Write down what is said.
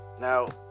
Now